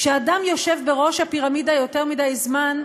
כשאדם יושב בראש הפירמידה יותר מדי זמן,